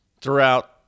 throughout